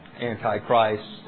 Antichrist